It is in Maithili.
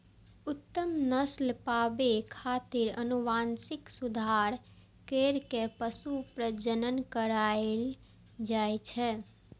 उत्तम नस्ल पाबै खातिर आनुवंशिक सुधार कैर के पशु प्रजनन करायल जाए छै